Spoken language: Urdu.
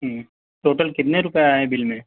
ہوں ٹوٹل کتنے روپئے آئے ہیں بل میں